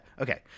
Okay